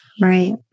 Right